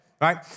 right